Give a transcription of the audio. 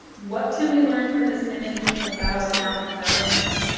what can we learn from this image about mount vernon,